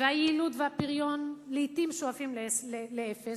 והיעילות והפריון לעתים שואפים לאפס,